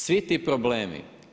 Svi ti problemi.